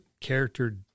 character